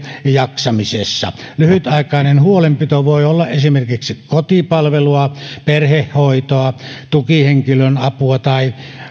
jaksamisessa lyhytaikainen huolenpito voi olla esimerkiksi kotipalvelua perhehoitoa tukihenkilön apua tai